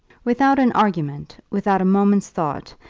without an argument, without a moment's thought,